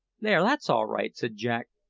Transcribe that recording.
there, that's all right, said jack,